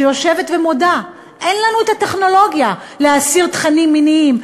שיושבת ומודה: אין לנו הטכנולוגיה להסיר תכנים מיניים,